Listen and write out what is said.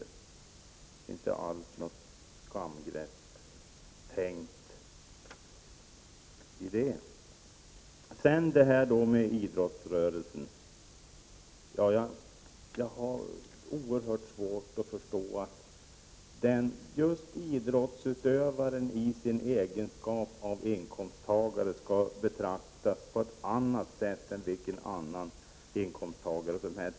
Det handlar alltså inte alls om något skamgrepp. Sedan detta med idrottsrörelsen. Jag har oerhört svårt att förstå att just idrottsutövaren i sin egenskap av inkomsttagare skall betraktas på annat sätt än vilken annan inkomsttagare som helst.